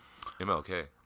MLK